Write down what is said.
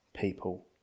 people